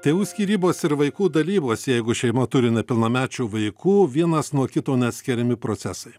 tėvų skyrybos ir vaikų dalybos jeigu šeima turi nepilnamečių vaikų vienas nuo kito neatskiriami procesai